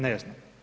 Ne znam.